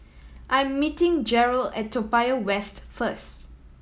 I am meeting Jerrell at Toa Payoh West first